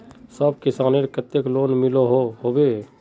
सब किसानेर केते लोन मिलोहो होबे?